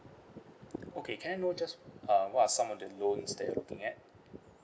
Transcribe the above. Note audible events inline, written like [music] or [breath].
[breath] okay can I know just uh what are some of the loans that you looking at